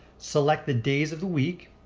select the days of the week,